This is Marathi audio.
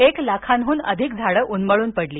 एक लाखाहून अधिक झाडं उन्मळून पडली